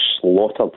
slaughtered